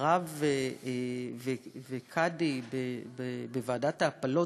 רב וקאדי בוועדת ההפלות,